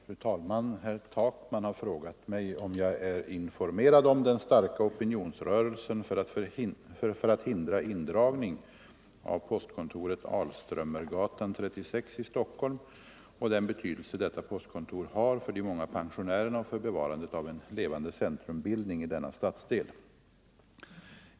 Fru talman! Herr Takman har frågat mig, om jag är informerad om den starka opinionsrörelsen för att hindra indragning av postkontoret Alströmergatan 36 i Stockholm och den betydelse detta postkontor har för de många pensionärerna och för bevarandet av en levande centrumbildning i denna stadsdel.